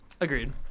Agreed